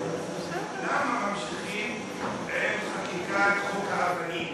שהחוק חשוב, למה ממשיכים עם חקיקת חוק האבנים,